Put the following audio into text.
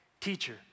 Teacher